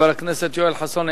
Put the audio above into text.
חבר הכנסת יואל חסון,